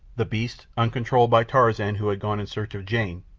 the beasts, uncontrolled by tarzan who had gone in search of jane,